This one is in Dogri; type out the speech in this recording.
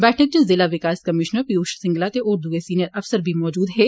बैठक च जिला विकास कमीशनर पियूश सिंघला ते होर दुए सीनियर अफसर बी मजूद हे